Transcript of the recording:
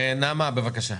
נעמה, בבקשה.